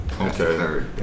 Okay